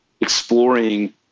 exploring